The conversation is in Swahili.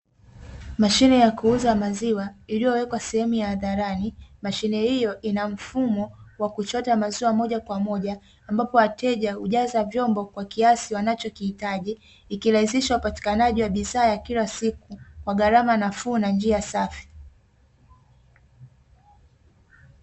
Mashine ya kuuza maziwa iliyowekwa sehemu hadharani, mashine hiyo ina mfumo wa kuchota maziwa moja kwa moja, ambapo wateja hujaza vyombo kwa kiasi wanachohitaji, ikirahisisha upatikanaji wa bidhaa ya kila siku kwa gharama nafuu na njia safi.